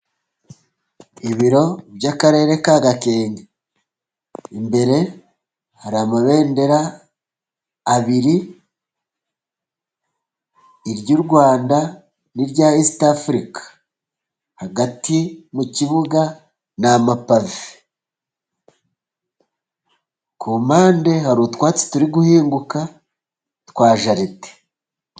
Ibiro by'akarere ka Gakenke, imbere hari amabendera abiri, iry'u Rwanda n'irya Isitafurika. Hagati mu kibuga, ni amapave. Ku mpande hari utwatsi turi guhinguka twa jaride.